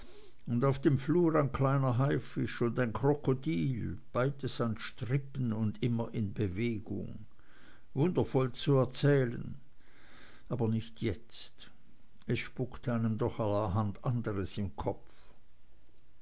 und auf dem flur ein kleiner haifisch und ein krokodil beides an strippen und immer in bewegung wundervoll zu erzählen aber nicht jetzt es spukt einem doch allerhand anderes im kopf